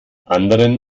anderen